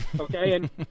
Okay